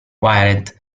wired